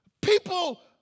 People